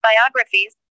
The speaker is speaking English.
Biographies